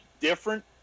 different